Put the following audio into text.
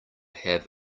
have